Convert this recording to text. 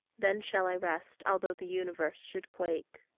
then shall i rest although the universe should quake.